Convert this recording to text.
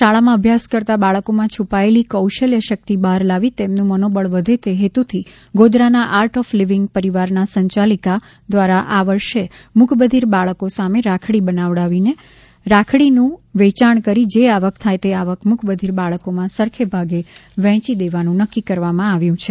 શાળામાં અભ્યાસ કરતાં બાળકોમાં છ્રપાયેલી કૌશલ્ય શક્તિ બહાર લાવી તેમનું મનોબળ વધે તે હેતુથી ગોધરાના આર્ટ ઓફ લીવિંગ પરિવારના સંચાલિક દ્વારા આ વર્ષે મ્રકબધિર બાળકો સામે રાખડી બનાવડાવીને રાખડીનું વેચાણ કરી જે આવક થાય તે આવક મૂકબધિર બાળકોમાં સરખે ભાગે વહેંચી દેવાનું નક્કી કરવામાં આવ્યું છે